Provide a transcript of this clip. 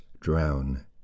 drown